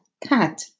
Cat